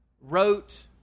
wrote